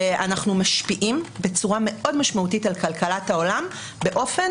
ואנחנו משפיעים בצורה מאוד משמעותית על כלכלת העולם באופן